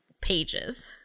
pages